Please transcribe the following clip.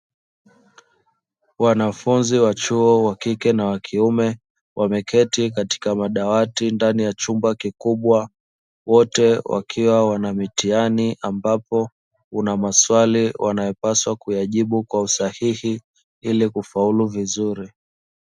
Wanafunzi wa chuo wa kike na wa kiume, wameketi katika madawati ndani ya chumba kikubwa, wote wakiwa wana mitihani ambapo kuna maswali wanayopaswa kujibu kwa usahihi ili kufaulu vizuri.